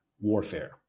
warfare